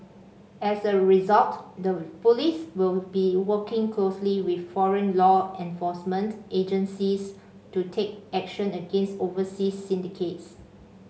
as a result the police will be working closely with foreign law enforcement agencies to take action against overseas syndicates